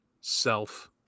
Self